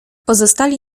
pozostali